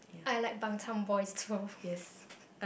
I like Bangtan-Boys too